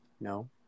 No